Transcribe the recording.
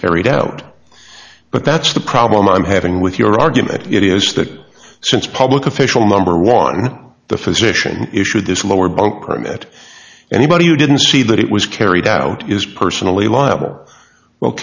carried out but that's the problem i'm having with your argument is that since public official number one the physician issued this lower bunk permit anybody who didn't see that it was carried out is personally liable well